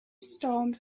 storms